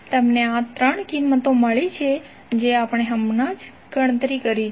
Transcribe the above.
તમને આ 3 કિંમતો મળી છે જે આપણે હમણાં જ ગણતરી કરી છે